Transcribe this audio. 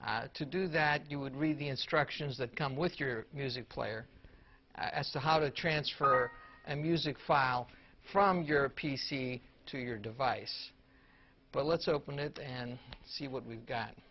have to do that you would read the instructions that come with your music player as to how to transfer and music files from your p c to your device but let's open it and see what we've got